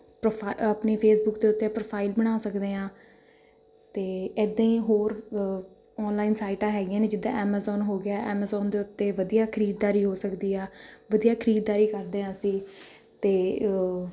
ਪ੍ਰੋਫਾ ਆਪਣੀ ਫੇਸਬੁੱਕ ਦੇ ਉੱਤੇ ਪ੍ਰੋਫਾਈਲ ਬਣਾ ਸਕਦੇ ਹਾਂ ਅਤੇ ਇੱਦਾਂ ਹੀ ਹੋਰ ਆਨਲਾਈਨ ਸਾਈਟਾਂ ਹੈਗੀਆਂ ਨੇ ਜਿੱਦਾਂ ਐਮਾਜ਼ੋਨ ਹੋ ਗਿਆ ਐਮਾਜ਼ੋਨ ਦੇ ਉੱਤੇ ਵਧੀਆ ਖਰੀਦਦਾਰੀ ਹੋ ਸਕਦੀ ਆ ਵਧੀਆ ਖਰੀਦਦਾਰੀ ਕਰਦੇ ਹਾਂ ਅਸੀਂ ਅਤੇ